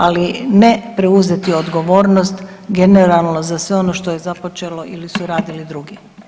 Ali ne preuzeti odgovornost generalno za sve ono što je započelo ili su radili drugi.